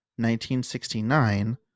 1969